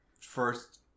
first